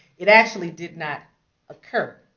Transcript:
it actually did not occur.